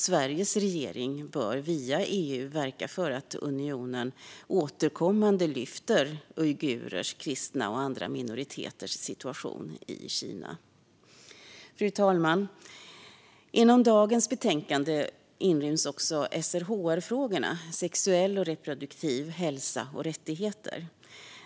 Sveriges regering bör via EU verka för att unionen återkommande tar upp uigurers, kristnas och andra minoriteters situation i Kina. Fru talman! Inom dagens betänkande inryms också SRHR-frågorna, alltså frågor om sexuell och reproduktiv hälsa och rättigheter.